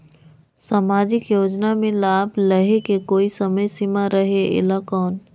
समाजिक योजना मे लाभ लहे के कोई समय सीमा रहे एला कौन?